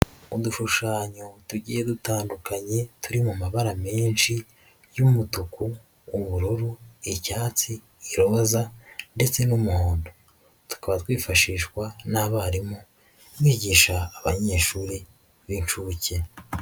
Udushushanyo tugiye dutandukanye turi mu mabara menshi y'umutuku, ubururu, icyatsi, iroza ndetse n'umuhondo, tukaba twifashishwa n'abarimu bigisha abanyeshuri b'inshuke.